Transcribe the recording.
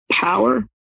power